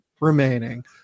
remaining